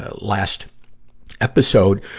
last episode.